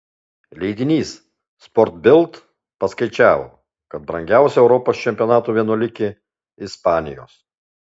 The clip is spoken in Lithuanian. leidinys sport bild paskaičiavo kad brangiausia europos čempionato vienuolikė ispanijos